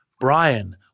Brian